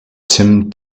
tim